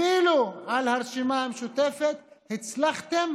אפילו לרשימה המשותפת הצלחתם